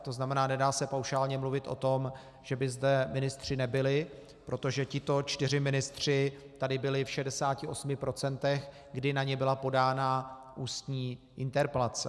To znamená, nedá se paušálně mluvit o tom, že by zde ministři nebyli, protože tito čtyři ministři tady byli v 68 %, kdy na ně byla podána ústní interpelace.